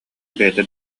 бэйэтэ